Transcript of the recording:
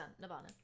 Nirvana